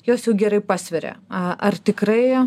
jos jau gerai pasveria ar tikrai